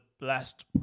last